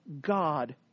God